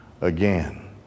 again